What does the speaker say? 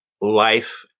life